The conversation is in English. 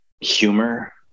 humor